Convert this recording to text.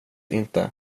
inte